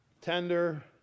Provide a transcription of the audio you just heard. tender